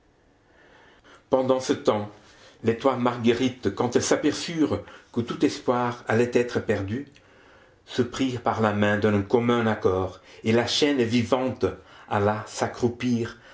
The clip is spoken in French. pendant ce temps les trois marguerite quand elles s'aperçurent que tout espoir allait être perdu se prirent par la main d'un commun accord et la chaîne vivante alla s'accroupir